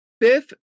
fifth